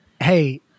Hey